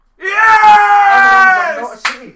Yes